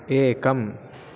एकम्